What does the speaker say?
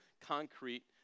concrete